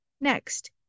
Next